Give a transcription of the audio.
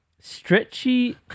stretchy